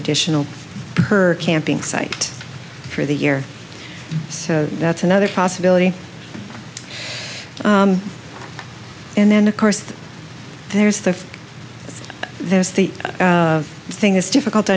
additional her camping site for the year so that's another possibility and then of course there's the there's the thing is difficult to